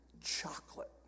chocolate